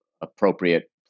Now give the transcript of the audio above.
appropriate